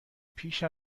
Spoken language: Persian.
پیش